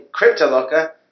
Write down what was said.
Cryptolocker